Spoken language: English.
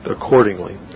accordingly